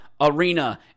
Arena